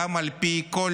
גם על פי כל